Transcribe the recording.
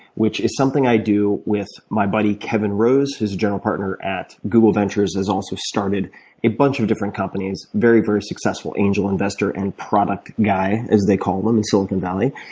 which is something i do with my buddy kevin rose, who's a general partner at google ventures, and has also started a bunch of different companies, very, very successful angel investor and product guy, as they call them in silicon valley.